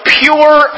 pure